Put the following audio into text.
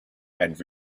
and